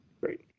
great